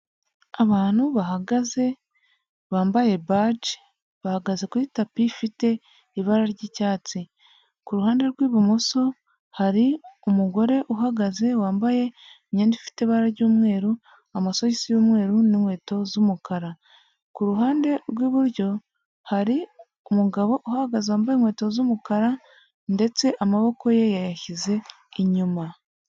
Abantu bahagaze bambaye baji bahagaze kuri tapi ifite ibara ry’icyatsi kuruhande rw’ibumoso hari umugore uhagaze wambaye imyenda ifite ibara ry’umweru amasogisi y’umweru n’inkweto z'umukara kuruhande rw’iburyo hari umugabo uhagaze wambaye inkweto z'umukara ndetse amaboko ye yayashyize inyuma.